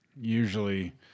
Usually